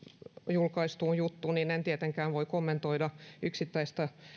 julkaistuun juttuun niin en en tietenkään voi kommentoida yksittäistä